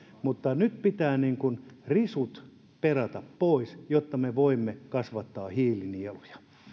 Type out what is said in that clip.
mutta nyt pitää risut perata pois jotta me voimme kasvattaa hiilinieluja